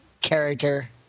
character